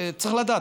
צריך לדעת.